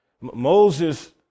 Moses